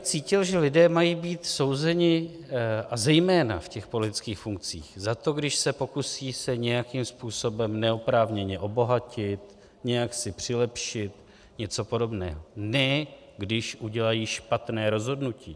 Cítil bych, že lidé mají být souzeni, a zejména v těch politických funkcích, za to, když se pokusí se nějakým způsobem neoprávněně obohatit, nějak si přilepšit, něco podobně, ale ne když udělají špatné rozhodnutí.